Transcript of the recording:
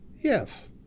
Yes